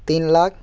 तीन लाख